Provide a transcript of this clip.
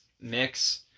mix